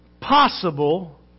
possible